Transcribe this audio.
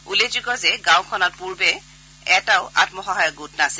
উল্লেখযোগ্য যে গাঁৱখনত পূৰ্বতে এটাও আম্মসহায়ক গোট নাছিল